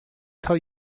tell